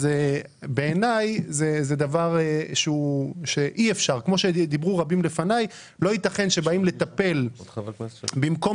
בעיניי לא ייתכן שבאים לטפל בבעיה, ובמקום